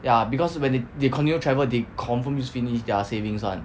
ya because when they they continue travel they confirm use finish their savings [one]